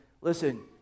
listen